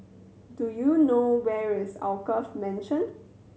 do you know where is Alkaff Mansion